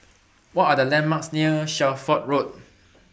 What Are The landmarks near Shelford Road